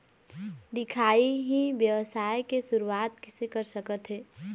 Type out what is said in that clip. दिखाही ई व्यवसाय के शुरुआत किसे कर सकत हे?